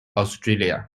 australia